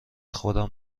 خوردن